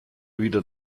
wieder